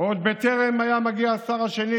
עוד בטרם היה מגיע השר השני,